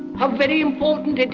how very important it